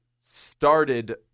started